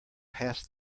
past